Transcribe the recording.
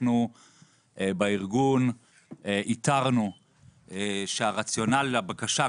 אנחנו בארגון איתרנו שהרציונל לבקשה,